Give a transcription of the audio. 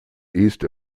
east